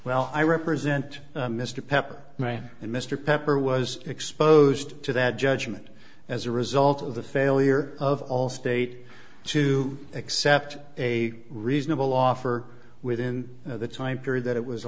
well i represent mr pepper and mr pepper was exposed to that judgment as a result of the failure of all state to accept a reasonable offer within the time period that it was